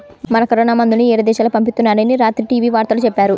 మన కరోనా మందుల్ని యేరే దేశాలకు పంపిత్తున్నారని రాత్రి టీవీ వార్తల్లో చెప్పారు